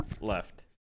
Left